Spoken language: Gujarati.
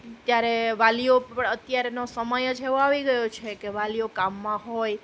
ત્યારે વાલીઓ અત્યારનો સમય જ એવો આવી ગયો છે કે વાલીઓ કામમાં હોય